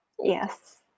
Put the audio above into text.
Yes